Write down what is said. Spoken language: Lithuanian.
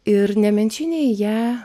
ir nemenčinėj ją